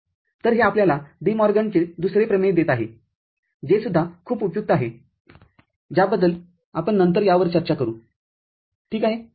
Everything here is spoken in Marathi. तर हे आपल्याला डी मॉर्गनचेDe Morgan's दुसरे प्रमेय देत आहेजे सुद्धा खूप खूप उपयुक्त आहेज्याबद्दल आपण नंतर यावर चर्चा करू ठीक आहे